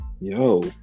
yo